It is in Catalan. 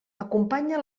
acompanya